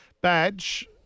Badge